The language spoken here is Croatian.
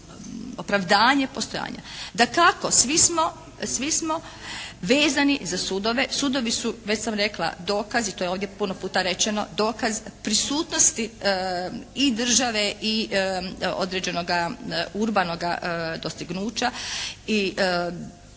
Dakako, svi smo vezani za sudove. Sudovi su već sam rekla dokaz, i to je ovdje puno puta rečeno, dokaz prisutnosti i države i određenoga urbanoga dostignuća i svega